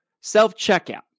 Self-checkout